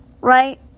Right